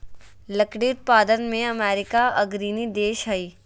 लकड़ी उत्पादन में अमेरिका अग्रणी देश हइ